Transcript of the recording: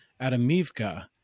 Adamivka